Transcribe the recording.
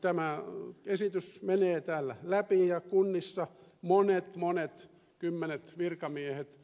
tämä esitys menee täällä läpi ja kunnissa monet monet kymmenet virkamiehet